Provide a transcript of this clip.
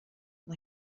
and